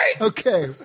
Okay